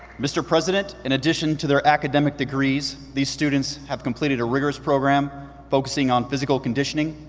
mr. president, in addition to their academic degrees, these students have completed a rigorous program focusing on physical conditioning,